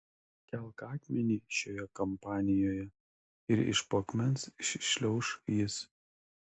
pakelk akmenį šioje kampanijoje ir iš po akmens iššliauš jis